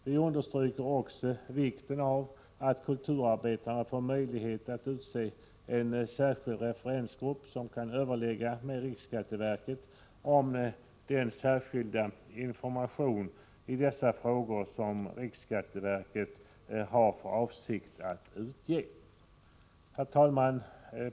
Vi understryker också vikten av att kulturarbetarna får möjlighet att utse en särskild referensgrupp som kan överlägga med riksskatteverket om den särskilda information i dessa frågor som riksskatteverket har för avsikt att utge. Herr talman!